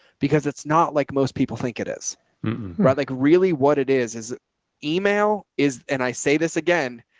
because it's not like most people think it is right. like really what it is is email is, and i say this again,